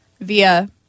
via